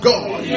God